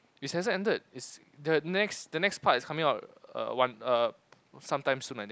it hasn't ended is the next the next part is coming out err one err some time soon I think